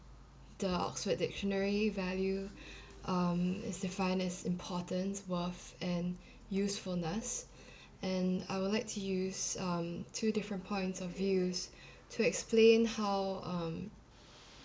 the oxford dictionary value um is defined as importance worth and usefulness and I would like to use um two different points of views to explain how um